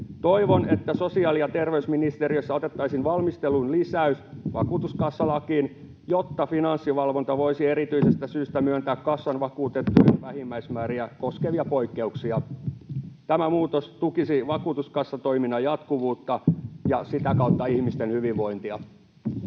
Toivon, että sosiaali- ja terveysministeriössä otettaisiin valmisteluun lisäys vakuutuskassalakiin, jotta Finanssivalvonta voisi erityisestä syystä myöntää kassan vakuutettujen vähimmäismääriä koskevia poikkeuksia. Tämä muutos tukisi vakuutuskassatoiminnan jatkuvuutta ja sitä kautta ihmisten hyvinvointia.